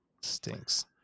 stinks